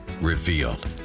revealed